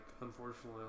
unfortunately